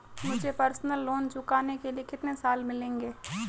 मुझे personal loan चुकाने के लिए कितने साल मिलेंगे?